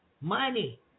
money